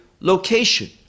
location